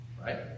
right